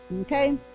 Okay